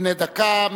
בני דקה.